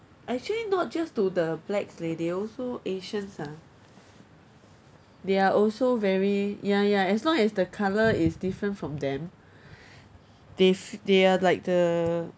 actually not just to the blacks leh they also asians ah they are also very ya ya as long as the colour is different from them they've they are like the